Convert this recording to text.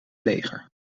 leger